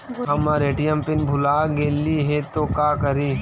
हमर ATM PIN भूला गेली हे, तो का करि?